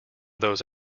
those